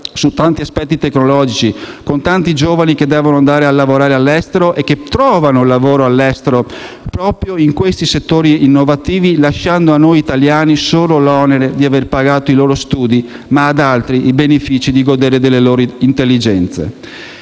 su tanti aspetti tecnologici, con tanti giovani che devono andare a lavorare all'estero e che trovano collocazione all'estero proprio in questi settori innovativi, lasciando a noi italiani solo l'onere di aver pagato i loro studi, ma ad altri i benefici di godere delle loro intelligenze.